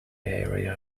area